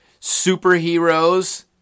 superheroes